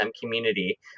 community